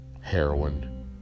heroin